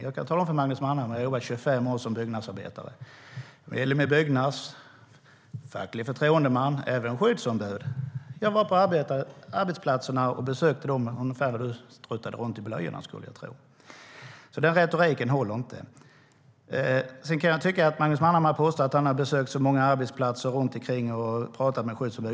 Jag kan tala om för Magnus Manhammar att jag har jobbat i 25 år som byggnadsarbetare. Jag är medlem i Byggnads och har varit facklig förtroendeman och skyddsombud. Jag var ute och besökte arbetsplatser när Magnus Manhammar fortfarande struttade runt i blöjorna, skulle jag tro. Den där retoriken håller inte. Magnus Manhammar påstår att han har besökt en mängd arbetsplatser och pratat med skyddsombud.